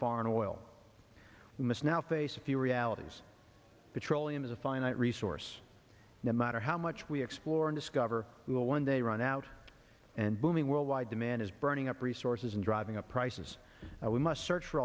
foreign oil we must now face a few realities petroleum is a finite resource no matter how much we explore and discover we will one day run out and booming worldwide demand is burning up resources and driving up prices we must search for